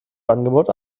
angebot